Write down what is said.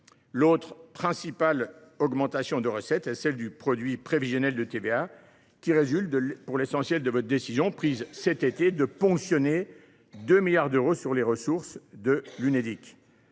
L’autre principale augmentation de recettes est celle du produit prévisionnel de TVA, qui résulte pour l’essentiel de votre décision, prise cet été, de ponctionner 2 milliards d’euros sur les ressources de l’Unédic.